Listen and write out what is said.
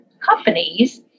companies